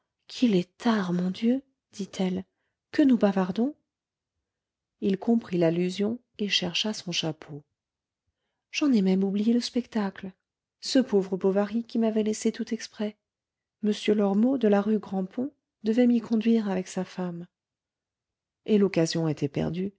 qu'il est tard mon dieu dit-elle que nous bavardons il comprit l'allusion et chercha son chapeau j'en ai même oublié le spectacle ce pauvre bovary qui m'avait laissée tout exprès m lormeaux de la rue grand pont devait m'y conduire avec sa femme et l'occasion était perdue